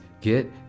get